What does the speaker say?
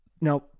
Now